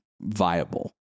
Viable